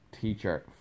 teacher